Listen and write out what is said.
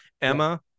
emma